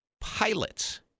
pilots